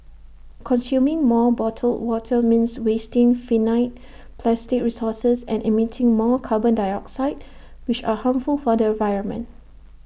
consuming more bottled water means wasting finite plastic resources and emitting more carbon dioxide which are harmful for the environment